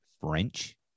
French